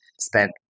spent